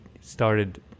started